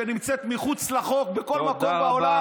שנמצאת מחוץ לחוק בכל מקום בעולם,